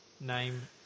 Name